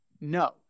No